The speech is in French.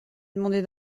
demander